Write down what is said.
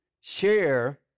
share